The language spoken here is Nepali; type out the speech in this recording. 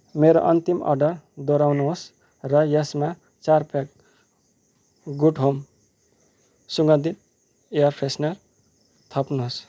मेरो अन्तिम अर्डर दोहोऱ्याउनुहोस् र यसमा चार प्याक गुड होम सुगन्धित एयर फ्रेसनर थप्नुहोस्